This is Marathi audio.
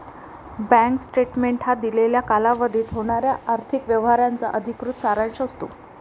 बँक स्टेटमेंट हा दिलेल्या कालावधीत होणाऱ्या आर्थिक व्यवहारांचा अधिकृत सारांश असतो